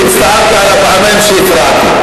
והצטערתי על הפעמיים שהפרעתי.